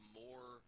more